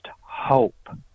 hope